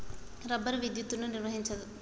rubber విద్యుత్తును నిర్వహించదు